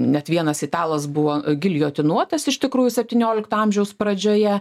net vienas italas buvo giljotinuotas iš tikrųjų septyniolikto amžiaus pradžioje